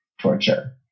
torture